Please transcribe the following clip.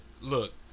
look